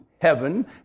heaven